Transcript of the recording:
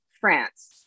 France